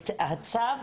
הצו,